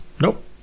nope